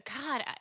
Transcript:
God